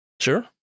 Sure